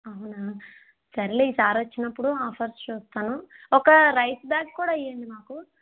అవునా సర్లే ఈసారొచ్చినప్పుడు ఆఫర్లు చూస్తాను ఒక రైస్ బ్యాగ్ కూడా ఇవ్వండి మాకు